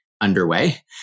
underway